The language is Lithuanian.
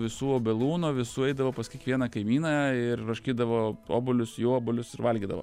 visų obelų nuo visų eidavo pas kiekvieną kaimyną ir raškydavo obuolius jų obuolius ir valgydavo